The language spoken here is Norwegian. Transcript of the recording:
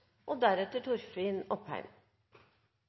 og deretter